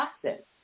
process